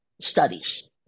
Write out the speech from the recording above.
studies